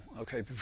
okay